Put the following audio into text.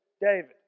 David